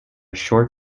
short